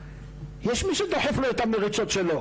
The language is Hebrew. זמני ואני תיכף אתן דוגמאות עד כמה זה הפך להיות לפרקטיקה